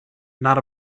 not